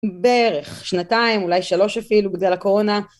בערך שנתיים אולי שלוש אפילו בגלל הקורונה